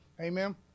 Amen